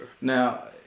Now